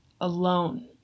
alone